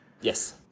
Yes